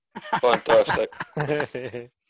Fantastic